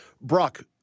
Brock